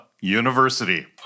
University